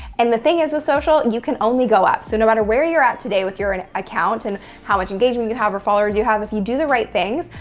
and the thing is with social, and you can only go up. so, no matter where you're at today with your and account and how much engagement you have or followers you have, if you do the right things,